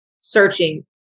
searching